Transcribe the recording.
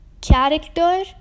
character